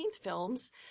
films